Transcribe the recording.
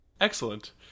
Excellent